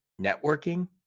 networking